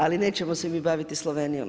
Ali nećemo se mi baviti Slovenijom.